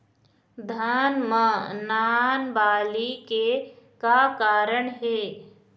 धान म नान बाली के का कारण हे?